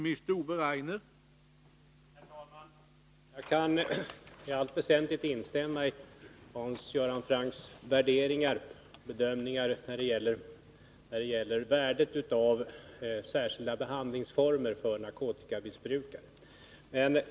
Herr talman! Jag kan i allt väsentligt instämma i Hans Göran Francks värderingar och bedömningar när det gäller värdet av särskilda behandlingsformer för narkotikamissbrukare.